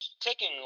taking